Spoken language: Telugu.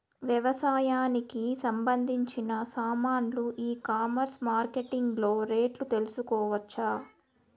వ్యవసాయానికి సంబంధించిన సామాన్లు ఈ కామర్స్ మార్కెటింగ్ లో రేట్లు తెలుసుకోవచ్చా?